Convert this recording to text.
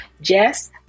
Jess